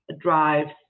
drives